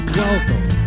welcome